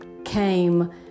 Came